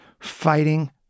fighting